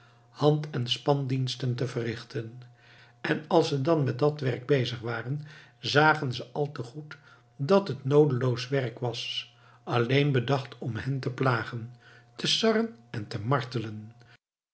spandiensten te verrichten en als ze dan met dat werk bezig waren zagen ze al te goed dat het noodeloos werk was alleen bedacht om hen te plagen te sarren en te martelen